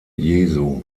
jesu